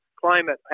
climate